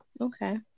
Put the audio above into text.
Okay